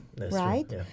right